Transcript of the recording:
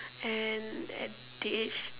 and at the age